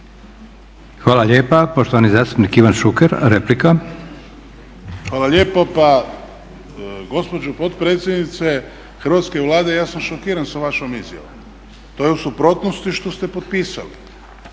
Hvala lijepa. Poštovani zastupnik Ivan Šuker replika. **Šuker, Ivan (HDZ)** Hvala lijepo. Pa gospođo potpredsjednice Hrvatske vlade ja sam šokiran sa vašom izjavom. To je u suprotnosti što ste potpisali.